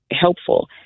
helpful